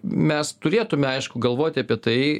mes turėtume aišku galvoti apie tai